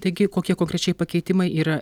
taigi kokie konkrečiai pakeitimai yra